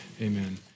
Amen